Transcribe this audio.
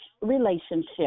relationship